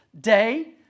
day